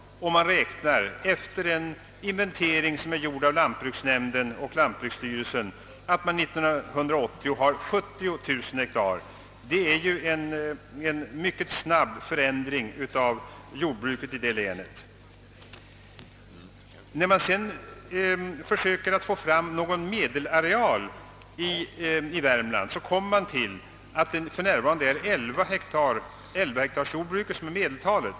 Räknar man efter den inventering som är gjord av lantbruksnämnden och lantbruksstyrelsen har man år 1980 70 000 hektar. Det är en mycket snabb förändring av jordbrukets omfattning i detta län. När man sedan försöker att få fram en medelareal i Värmland, kommer man till det resultatet att det för närvarande är 11-hektarsjordbruk som utgör medeltalet.